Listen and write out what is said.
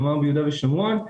כלומר ביהודה ושומרון,